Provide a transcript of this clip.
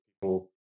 people